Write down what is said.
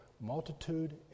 multitude